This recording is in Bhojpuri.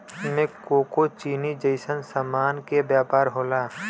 एमे कोको चीनी जइसन सामान के व्यापार होला